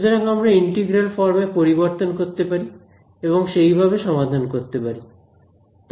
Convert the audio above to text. সুতরাং আমরা ইন্টিগ্রাল ফর্মে পরিবর্তন করতে পারি এবং সেই ভাবে সমাধান করতে পারি